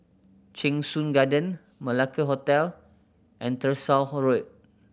Cheng Soon Garden Malacca Hotel and Tyersall Road